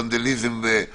ונדליזם, סמים?